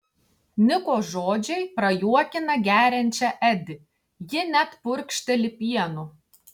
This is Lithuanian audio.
niko žodžiai prajuokina geriančią edi ji net purkšteli pienu